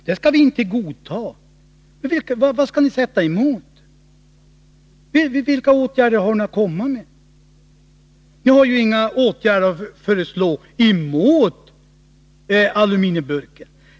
Det skall vi inte godta, säger han. Vad skall ni sätta emot då? Vilka åtgärder har ni att komma med? Ni har ju inga åtgärder att föreslå emot aluminiumburken.